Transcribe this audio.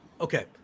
okay